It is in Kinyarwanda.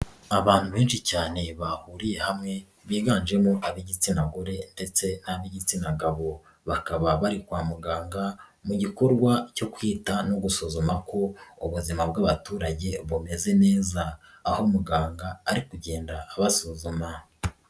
Abantu benshi cyane bahuriye hamwe biganjemo ab'igitsina gore ndetse ab'igitsina gabo bakaba bari kwa muganga mu gikorwa cyo kwita no gusuzuma ko ubuzima bw'abaturage bumeze neza, aho muganga ari kugenda abasuzuma.